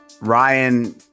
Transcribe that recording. Ryan